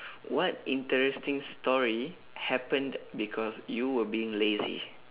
what interesting story happened because you were being lazy